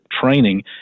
training